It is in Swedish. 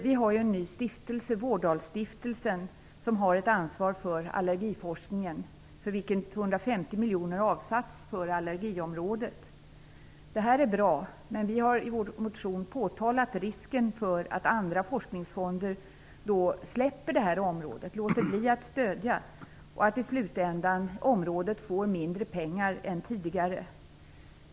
Vi har en ny stiftelse - Vårdalsstiftelsen - som har ett ansvar för allergiforskningen, för vilken 250 miljoner avsatts för allergiområdet. Det är bra, men vi har i vår motion påtalat risken för att andra forskningsfonder släpper området och låter bli att stödja och att området i slutändan får mindre pengar än tidigare.